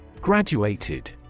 Graduated